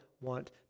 want